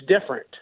different